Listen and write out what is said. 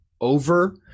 over